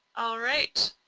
alright,